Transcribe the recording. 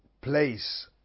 place